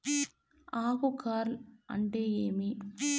ఆకు కార్ల్ అంటే ఏమి?